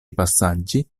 passaggi